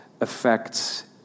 affects